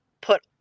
put